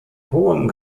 hohem